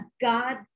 God